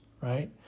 right